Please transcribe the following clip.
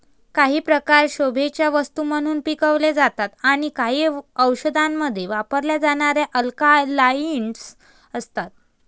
काही प्रकार शोभेच्या वस्तू म्हणून पिकवले जातात आणि काही औषधांमध्ये वापरल्या जाणाऱ्या अल्कलॉइड्स असतात